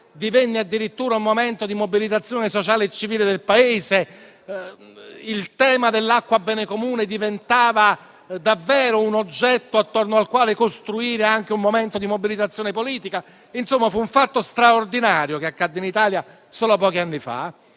Divenne addirittura un momento di mobilitazione sociale e civile del Paese: il tema dell'acqua quale bene comune diventava davvero un valore attorno al quale costruire anche un momento di mobilitazione politica. Insomma, fu davvero un fatto straordinario, che accadde in Italia solo pochi anni fa.